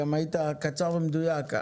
היית קצר ומדויק.